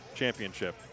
championship